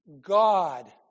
God